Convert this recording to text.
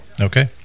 Okay